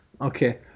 okay